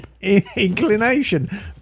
inclination